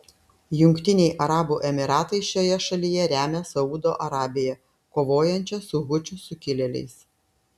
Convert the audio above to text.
jungtiniai arabų emyratai šioje šalyje remia saudo arabiją kovojančią su hučių sukilėliais